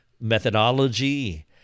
methodology